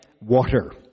water